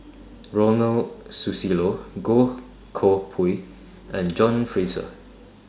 Ronald Susilo Goh Koh Pui and John Fraser